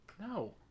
No